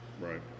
right